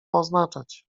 oznaczać